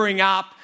up